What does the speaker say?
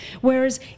Whereas